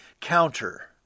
counter